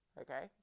Okay